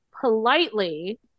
politely